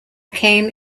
came